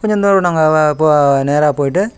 கொஞ்ச தூரம் நாங்கள் போ நேராகப் போய்ட்டு